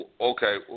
Okay